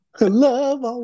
love